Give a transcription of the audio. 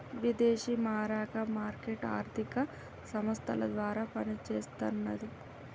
విదేశీ మారక మార్కెట్ ఆర్థిక సంస్థల ద్వారా పనిచేస్తన్నది